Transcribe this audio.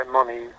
money